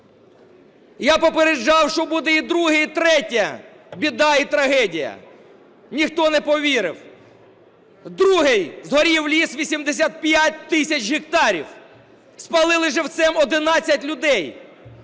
Я попереджав, що буде і друга, і третя біда і трагедія – ніхто не повірив. Друге. Згорів ліс - 85 тисяч гектарів, спалили живцем 11 людей.